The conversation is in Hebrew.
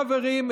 חברים,